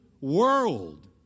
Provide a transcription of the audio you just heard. world